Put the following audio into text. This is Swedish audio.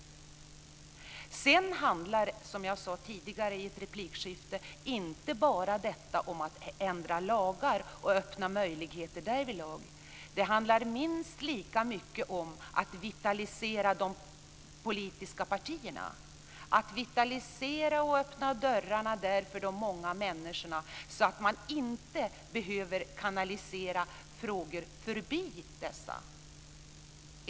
Sedan handlar det, som jag sade tidigare i ett replikskifte, inte bara om att ändra lagar och öppna möjligheter därvidlag. Det handlar minst lika mycket om att vitalisera de politiska partierna, att öppna dörrarna för de många människorna så att man inte behöver kanalisera frågor förbi dessa.